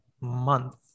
month